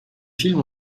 film